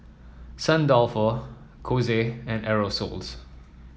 Saint Dalfour Kose and Aerosoles